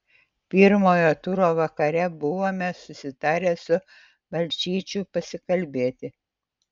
pirmojo turo vakare buvome susitarę su balčyčiu pasikalbėti